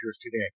today